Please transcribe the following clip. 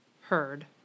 heard